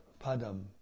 Padam